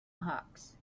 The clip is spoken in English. hawks